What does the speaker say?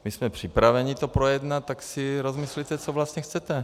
My jsme připraveni to projednat, tak si rozmyslete, co vlastně chcete.